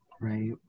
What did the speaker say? Right